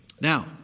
Now